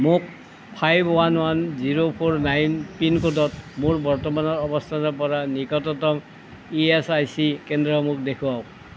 মোক five one one zero four nine pin ক'ডত মোৰ বৰ্তমানৰ অৱস্থানৰ পৰা নিকটতম ই এচ আই চি কেন্দ্ৰসমূহ দেখুৱাওক